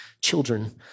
children